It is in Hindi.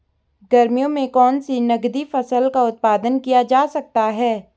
गर्मियों में कौन सी नगदी फसल का उत्पादन किया जा सकता है?